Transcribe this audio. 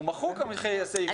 הוא מחוק הסעיף הזה.